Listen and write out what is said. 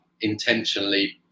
intentionally